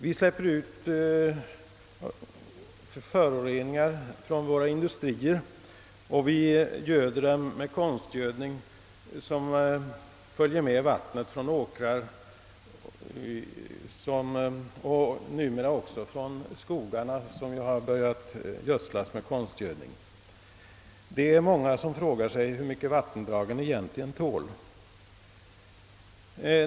Vi släpper ut föroreningar från industrierna och vi göder dem med konstgödning som följer med vattnet från åkrarna och skogarna, som numera också börjat gödslas med konstgödning. Många frågar sig hur mycket vattendragen egentligen tål.